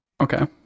Okay